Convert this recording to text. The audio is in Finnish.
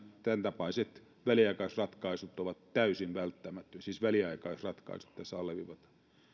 tämäntapaiset väliaikaisratkaisut ovat täysin välttämättömiä siis väliaikaisratkaisut tässä alleviivataan